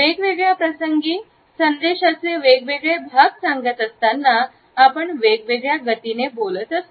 वेगवेगळ्या प्रसंगी आणि संदेशाचे वेगवेगळे भाग सांगत असताना आपण वेगवेगळ्या गतीने बोलतो